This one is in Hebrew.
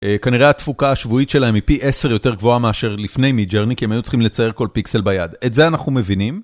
כנראה התפוקה השבועית שלהם היא פי עשר יותר גבוהה מאשר לפני מידג'רני כי הם היו צריכים לצייר כל פיקסל ביד, את זה אנחנו מבינים